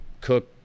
cook